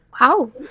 Wow